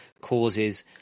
causes